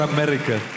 America